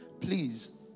please